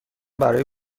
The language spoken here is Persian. برای